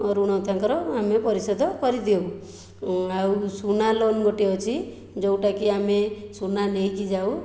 ଋଣ ତାଙ୍କର ଆମେ ପରିଶୋଧ କରିଦେଉ ଆଉ ସୁନା ଲୋନ୍ ଗୋଟିଏ ଅଛି ଯେଉଁଟାକି ଆମେ ସୁନା ନେଇକି ଯାଉ